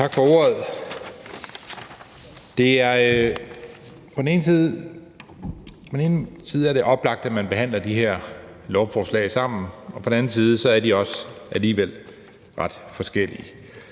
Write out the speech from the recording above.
Tak for ordet. På den ene side er det oplagt, at man behandler de her forslag sammen, og på den anden side er de alligevel også ret forskellige.